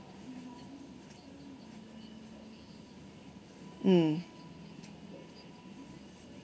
mm